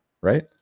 right